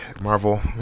Marvel